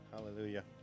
Hallelujah